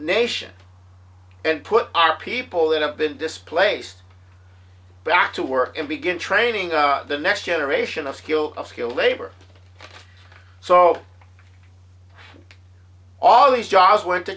nation and put our people that have been displaced back to work and begin training the next generation of skill of skilled labor so all these jobs went to